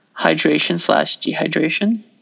hydration-slash-dehydration